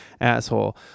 asshole